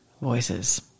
voices